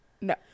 No